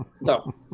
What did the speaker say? no